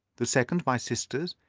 the second my sister's,